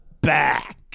back